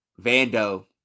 Vando